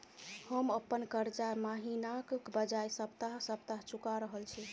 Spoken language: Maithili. हम अप्पन कर्जा महिनाक बजाय सप्ताह सप्ताह चुका रहल छि